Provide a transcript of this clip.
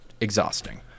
exhausting